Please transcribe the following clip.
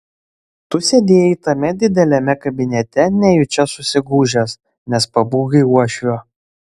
tu sėdėjai tame dideliame kabinete nejučia susigūžęs nes pabūgai uošvio